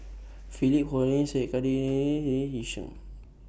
Philip Hoalim Syed Yi Sheng